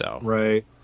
Right